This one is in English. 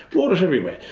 water is everywhere.